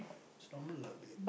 is normal lah babe